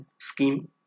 scheme